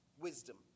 wisdom